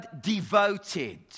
devoted